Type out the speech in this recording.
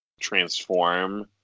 transform